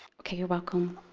okay. you're welcome.